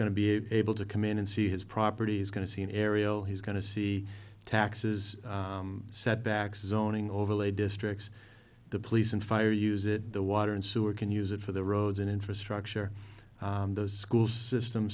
going to be able to come in and see his property is going to see an aerial he's going to see taxes set back zoning overlay districts the police and fire use it the water and sewer can use it for the roads and infrastructure those school system